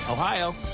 Ohio